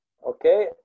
Okay